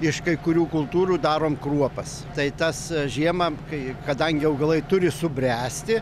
iš kai kurių kultūrų darom kruopas tai tas žiemą kai kadangi augalai turi subręsti